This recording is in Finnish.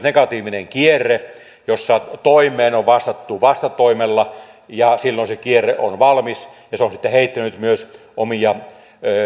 negatiivinen kierre jossa toimeen on vastattu vastatoimella ja silloin se kierre on valmis ja se on sitten heittänyt myös omia